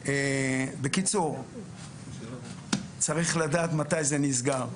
בקיצור, צריך לדעת מתי זה נסגר.